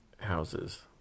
houses